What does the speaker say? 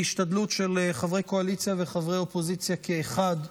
בהשתדלות של חברי קואליציה וחברי אופוזיציה כאחד,